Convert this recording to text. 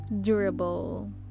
durable